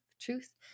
truth